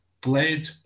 played